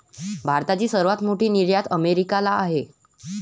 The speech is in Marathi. भारताची सर्वात मोठी निर्यात अमेरिकेला आहे